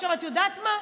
את יודעת מה,